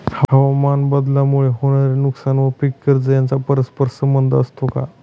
हवामानबदलामुळे होणारे नुकसान व पीक कर्ज यांचा परस्पर संबंध असतो का?